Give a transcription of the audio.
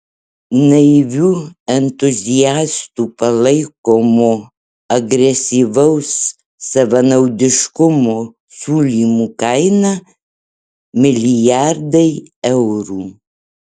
naivių entuziastų palaikomo agresyvaus savanaudiškumo siūlymų kaina milijardai eurų